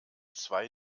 zwei